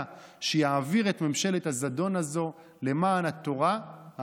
שיעביר את ממשלת הזדון הזו למען התורה,